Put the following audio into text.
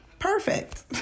Perfect